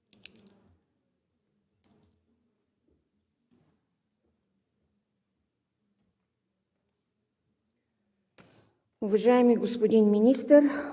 Уважаеми господин Министър,